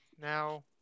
Now